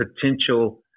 potential